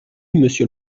monsieur